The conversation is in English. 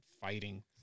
fighting